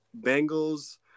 Bengals